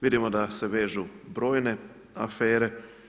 Vidimo da se vežu brojne afere.